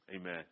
Amen